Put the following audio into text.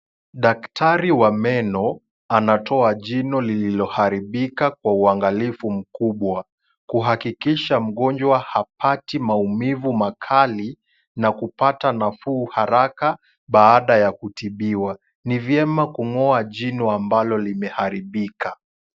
Daktari wa meno, anatoa jino lililoharibika kwa uangalifu mkubwa, kuhakikisha mgonjwa hapati maumivu makali, na kupata nafuu haraka, baada ya kutibiwa. Ni vyema kung'oa jino ambalo limeharibika.